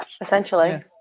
essentially